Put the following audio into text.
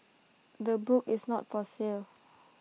the book is not for sale